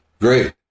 Great